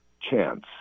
chance